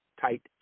tight